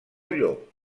llop